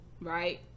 right